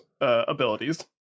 abilities